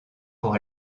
pour